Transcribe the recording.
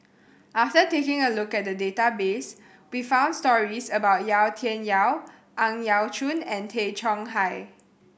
after taking a look at the database we found stories about Yau Tian Yau Ang Yau Choon and Tay Chong Hai